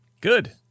Good